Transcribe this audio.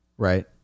Right